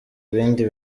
ibindi